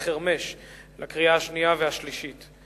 בקריאה שנייה ובקריאה שלישית.